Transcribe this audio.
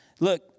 Look